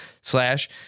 slash